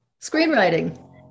Screenwriting